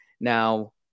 now